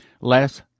less